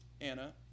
Anna